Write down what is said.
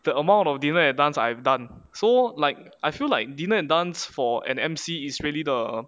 the amount of dinner and dance I've done so like I feel like dinner and dance for an emcee is really the